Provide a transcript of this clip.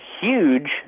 huge